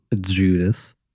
Judas